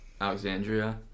Alexandria